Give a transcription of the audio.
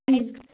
ம்